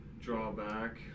drawback